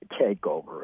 takeover